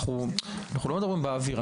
אנחנו לא מדברים באוויר,